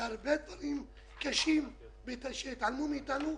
לגבי הרבה דברים קשים שהתעלמו מאיתנו.